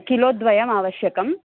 kilo द्वयम् आवश्यकम्